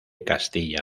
castilla